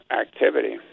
activity